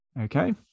okay